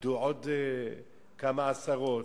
והתאבדו עוד כמה עשרות.